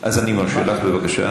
אז אני מרשה לך, בבקשה.